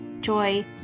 joy